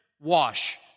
wash